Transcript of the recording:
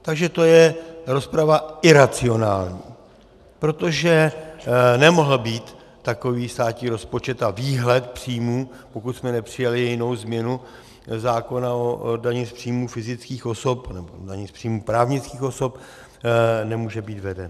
Takže to je rozprava iracionální, protože nemohl být takový státní rozpočet, a výhled příjmů, pokud jsme nepřijali jinou změnu zákona o dani z příjmů fyzických osob nebo o dani z příjmů právnických osob, nemůže být veden.